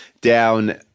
down